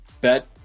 Bet